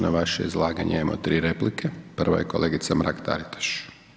Na vaše izlaganje imamo tri replike, prva je kolegica Mrak Taritaš.